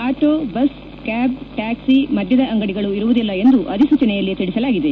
auto bus cab taxi ಮದ್ದದ ಅಂಗಡಿಗಳು ಇರುವುದಿಲ್ಲ ಎಂದು ಅಧಿಸೂಚನೆಯಲ್ಲಿ ತಿಳಿಸಲಾಗಿದೆ